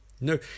No